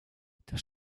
das